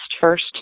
first